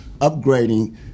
upgrading